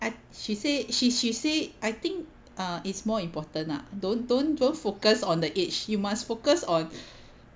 I she said she she said I think ah it's more important lah don't don't don't focus on the age you must focus on